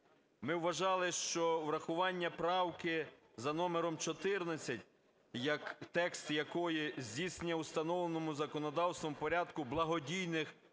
Ми вважали, що врахування правки за номером 14, текст якої: "здійснення в установленому законодавством порядку благодійних